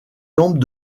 lampes